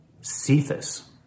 Cephas